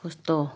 खस्थ'